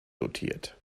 dotiert